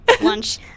Lunch